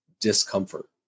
discomfort